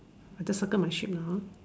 I just circle my sheep lah hor